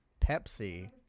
Pepsi